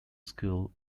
school